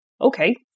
okay